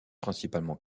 principalement